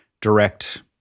direct